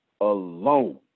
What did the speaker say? alone